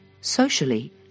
socially